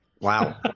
Wow